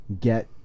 get